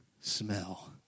smell